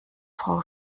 frau